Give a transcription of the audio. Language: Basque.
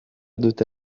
dute